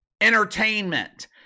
Entertainment